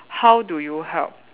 how do you help